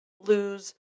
lose